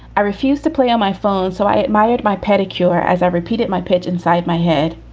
i refused to play on my phone, so i admired my pedicure. as i repeated my pitch inside my head,